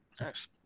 Nice